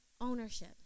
ownership